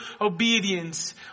obedience